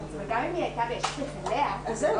איך אישה תבין שהיא בתוך מצב כזה כי רוב